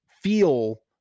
Feel